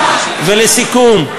לסיכום,